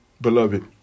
beloved